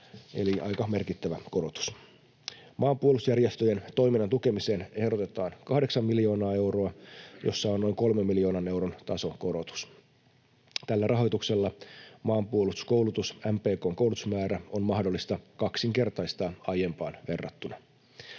eli aika merkittävä korotus. Maanpuolustusjärjestöjen toiminnan tukemiseen ehdotetaan 8 miljoonaa euroa, jossa on noin 3 miljoonan euron tasokorotus. Tällä rahoituksella Maanpuolustuskoulutus MPK:n koulutusmäärä on mahdollista kaksinkertaistaa aiempaan verrattuna.